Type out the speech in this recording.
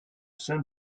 sein